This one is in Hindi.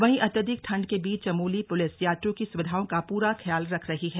वहीं अत्यधिक ठंड के बीच चमोली पुलिस यात्रियों की सुविधाओं का पूरा खयाल रख रही है